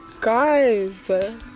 guys